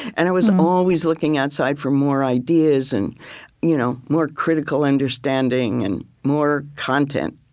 and i was always looking outside for more ideas and you know more critical understanding and more content.